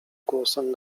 głosem